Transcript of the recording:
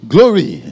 Glory